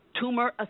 tumor